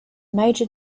major